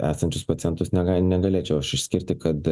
esančius pacientus negal negalėčiau išskirti kad